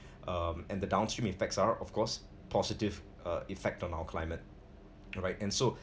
um and the downstream effects are of course positive uh effect on our climate alright and so